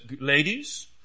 ladies